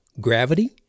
gravity